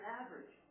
average